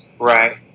Right